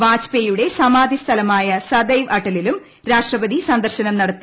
വാജ്പേയിയുടെ സമാധി സ്ഥലമായ സദൈവ് അടലിലും രാഷ്ട്രപതി സന്ദർശനം നടത്തി